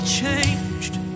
changed